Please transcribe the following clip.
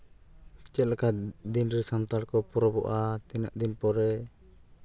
ᱪᱮᱫ ᱞᱮᱠᱟ ᱫᱤᱱᱨᱮ ᱥᱟᱱᱛᱟᱲ ᱠᱚ ᱯᱚᱨᱚᱵᱚᱜᱼᱟ ᱛᱤᱱᱟᱹᱜ ᱫᱤᱱ ᱯᱚᱨᱮ